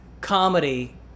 comedy